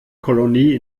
kolonie